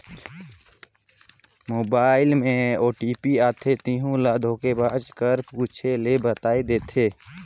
mobile में OTP आथे तेहू ल धोखेबाज कर पूछे ले बताए देथे